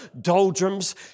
doldrums